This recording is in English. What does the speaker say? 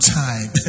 time